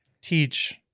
teach